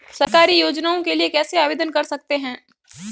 सरकारी योजनाओं के लिए कैसे आवेदन कर सकते हैं?